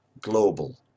global